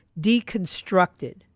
deconstructed